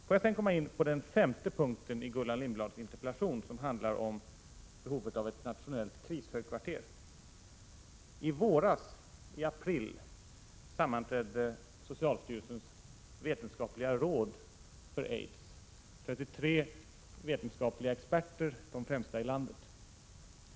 Får jag sedan komma in på den femte punkten i Gullan Lindblads interpellation, som handlar om behovet av ett nationellt krishögkvarter. I våras, i april, sammanträdde socialstyrelsens vetenskapliga råd för aids, 33 vetenskapliga experter — de främsta i landet.